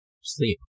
Sleep